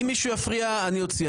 אם מישהו יפריע, אני אוציא אותו.